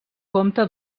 compte